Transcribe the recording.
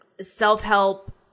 self-help